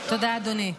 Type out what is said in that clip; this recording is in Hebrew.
תודה, אדוני.